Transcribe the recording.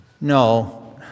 No